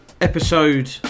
episode